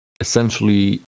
essentially